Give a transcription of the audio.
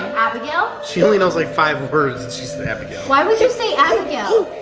abigail? she only knows, like, five words and she said abigail. why would you say abigail?